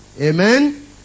Amen